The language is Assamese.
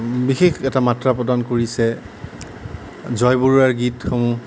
বিশেষ এটা মাত্ৰা প্ৰদান কৰিছে জয় বৰুৱাৰ গীতসমূহ